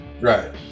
right